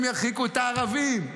הם ירחיקו את הערבים,